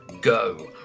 Go